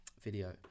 video